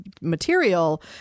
material